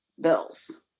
bills